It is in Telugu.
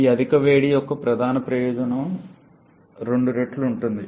ఈ అధిక వేడి యొక్క ప్రధాన ప్రయోజనం రెండు రెట్లు ఉంటుంది